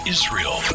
Israel